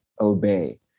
obey